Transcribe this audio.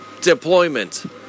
Deployment